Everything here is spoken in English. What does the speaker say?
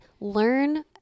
learn